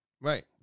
Right